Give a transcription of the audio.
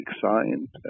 science